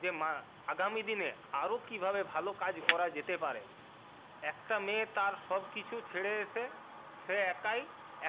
যে আগামীদিনের আরও কীভাবে ভালো কাজ করা যেতে পারে একটা মেয়ে তার সব কিছু ছেড়ে এসে সে একাই